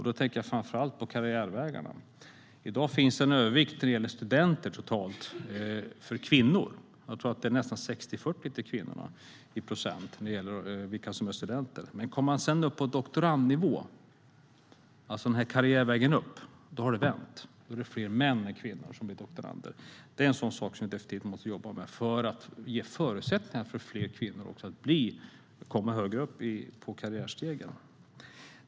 Då tänker jag framför allt på karriärvägarna. I dag finns det bland studenter totalt sett en övervikt av kvinnor. Jag tror att det är 60 procent kvinnor och 40 procent män. Men om man kommer upp på doktorandnivå - alltså karriärvägen upp - har det vänt. Det är fler män än kvinnor som är doktorander. Det är något som vi måste jobba med för att ge förutsättningar för fler kvinnor att komma högre upp på karriärstegen.